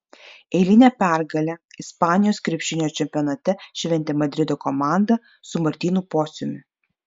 eilinę pergalę ispanijos krepšinio čempionate šventė madrido komanda su martynu pociumi